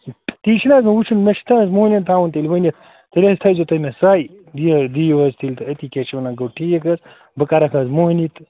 تی چھُنہٕ حظ مےٚ وُچھُن مےٚ چھُنہٕ حظ مۅہنِوٮ۪ن تھاوُن تیٚلہِ ؤنِتھ تیٚلہِ حظ تھٲوِزیٚو تُہۍ مےٚ سَے یہِ دِیِو حظ تیٚلہِ تہٕ أتی کیٛاہ چھِ وَنان گوٚو ٹھیٖک حظ بہٕ کَرَکھ حظ مۅہنِی تہِ